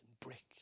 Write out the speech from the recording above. brick